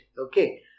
okay